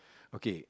okay